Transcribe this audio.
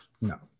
No